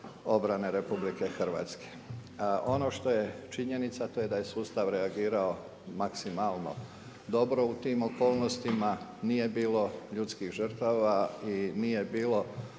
obrane RH. Ono što je činjenica a to je da je sustav reagirao maksimalno dobro u tim okolnostima, nije bilo ljudskih žrtava i nije bilo